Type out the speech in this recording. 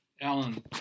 alan